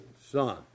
son